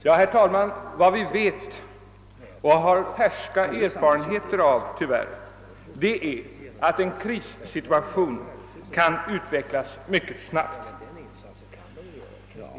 Ja, herr talman, vad vi vet och har färska erfarenheter av — tyvärr — är att en krissituation kan utvecklas mycket snabbt.